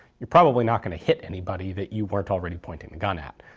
you're probably not going to hit anybody that you weren't already pointing the gun at.